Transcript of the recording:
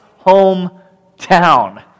hometown